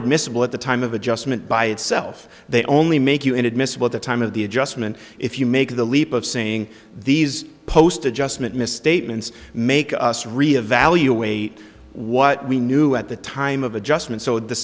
admissible at the time of adjustment by itself they only make you inadmissible the time of the adjustment if you make the leap of saying these post adjustment misstatements make us reevaluating what we knew at the time of adjustment so the